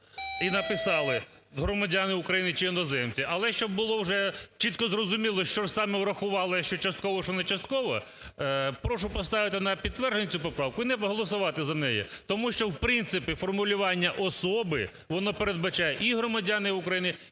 і написали "громадяни України чи іноземці". Але, щоб було вже чітко зрозуміло, що саме врахували, що частково, а що не частково, прошу поставити на підтвердженню цю поправку і не голосувати за неї. Тому що в принципі формулювання особи воно передбачає і громадяни України, і іноземці.